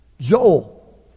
Joel